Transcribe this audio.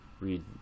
Read